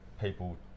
people